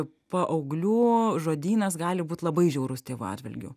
paauglių žodynas gali būt labai žiaurus tėvų atžvilgiu